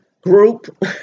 group